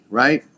right